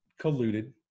colluded